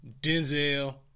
Denzel